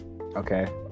Okay